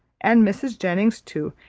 and mrs. jennings too,